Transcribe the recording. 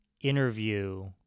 interview